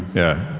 yeah.